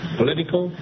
political